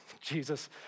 Jesus